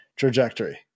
Trajectory